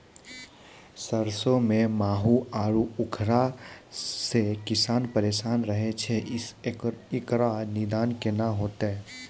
सरसों मे माहू आरु उखरा से किसान परेशान रहैय छैय, इकरो निदान केना होते?